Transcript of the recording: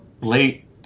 late